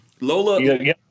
Lola